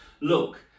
look